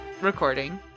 recording